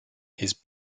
his